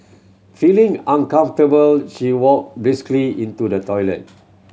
feeling uncomfortable she walked briskly into the toilet